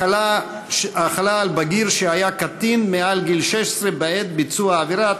החלה על בגיר שהיה קטין מעל גיל 16 בעת ביצוע העבירה),